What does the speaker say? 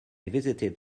visited